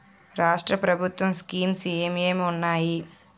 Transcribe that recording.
రాష్ట్రం ప్రభుత్వ స్కీమ్స్ ఎం ఎం ఉన్నాయి?